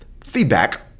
feedback